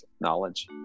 knowledge